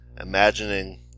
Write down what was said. imagining